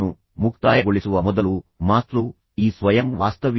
ತದನಂತರ ತಂದೆಗೆ ಅವನು ಇತರ ಮಗುವಿನೊಂದಿಗೆ ಹೋಲಿಸಲು ಪ್ರಾರಂಭಿಸಿದಂತೆ 9